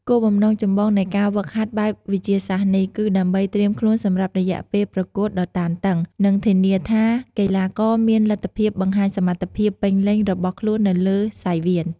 គោលបំណងចម្បងនៃការហ្វឹកហាត់បែបវិទ្យាសាស្ត្រនេះ គឺដើម្បីត្រៀមខ្លួនសម្រាប់រយៈពេលប្រកួតដ៏តានតឹង និងធានាថាកីឡាករមានលទ្ធភាពបង្ហាញសមត្ថភាពពេញលេញរបស់ខ្លួននៅលើសង្វៀន។